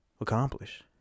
accomplish